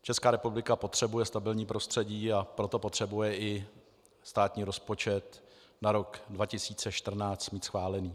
Česká republika potřebuje stabilní prostředí, a proto potřebuje i státní rozpočet na rok 2014 mít schválený.